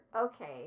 Okay